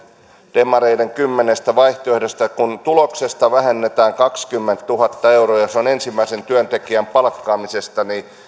demareiden kymmenestä vaihtoehdosta kun tuloksesta vähennetään kaksikymmentätuhatta euroa ja se on ensimmäisen työntekijän palkkaamisesta niin